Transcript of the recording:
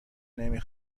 نمی